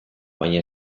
baina